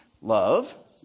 Love